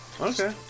Okay